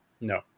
no